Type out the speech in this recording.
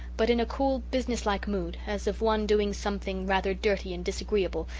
but in a cool, business-like mood, as of one doing something, rather dirty and disagreeable,